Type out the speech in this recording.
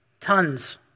Tons